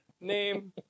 name